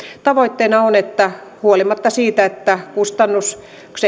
tavoitteena on että huolimatta siitä että kustannuksen